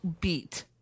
beat